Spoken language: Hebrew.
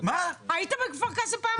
היית בכפר קאסם?